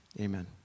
Amen